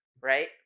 right